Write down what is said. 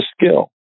skill